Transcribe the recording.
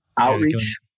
Outreach